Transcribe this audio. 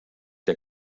der